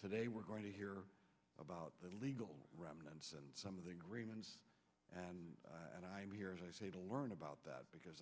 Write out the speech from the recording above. today we're going to hear about the legal remnants and some of the agreements and and i'm here as i say to learn about that because